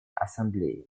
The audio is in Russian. ассамблеи